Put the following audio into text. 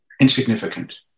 insignificant